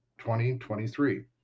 2023